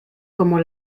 como